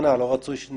תעשה חקירת יכולת?